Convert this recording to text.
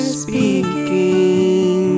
speaking